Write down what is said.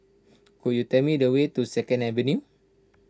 could you tell me the way to Second Avenue